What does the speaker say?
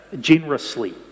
generously